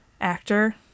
actor